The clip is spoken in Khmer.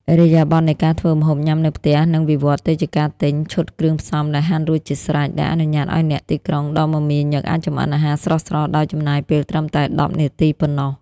ឥរិយាបថនៃការធ្វើម្ហូបញ៉ាំនៅផ្ទះនឹងវិវត្តទៅជាការទិញ "ឈុតគ្រឿងផ្សំដែលហាន់រួចជាស្រេច" ដែលអនុញ្ញាតឱ្យអ្នកទីក្រុងដ៏មមាញឹកអាចចម្អិនអាហារស្រស់ៗដោយចំណាយពេលត្រឹមតែ ១០ នាទីប៉ុណ្ណោះ។